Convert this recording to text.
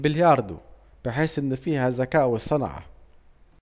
البلياردو، بحس ان فيها زكاء وصنعة